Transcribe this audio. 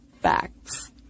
facts